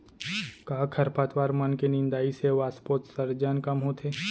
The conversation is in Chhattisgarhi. का खरपतवार मन के निंदाई से वाष्पोत्सर्जन कम होथे?